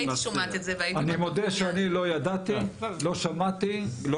אני מודה שאני לא שמעתי, לא ראיתי.